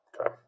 Okay